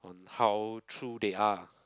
how true they are